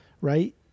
Right